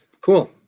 cool